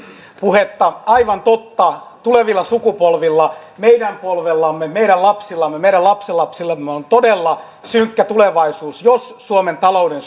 puhetta aivan totta tulevilla sukupolvilla meidän polvellamme meidän lapsillamme meidän lapsenlapsillamme on todella synkkä tulevaisuus jos suomen talouden